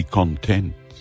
content